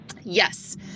Yes